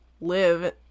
live